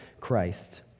Christ